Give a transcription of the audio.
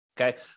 Okay